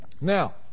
Now